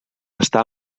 està